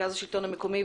מרכז השלטון המקומי,